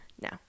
No